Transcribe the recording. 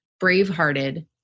bravehearted